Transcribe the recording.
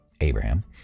Abraham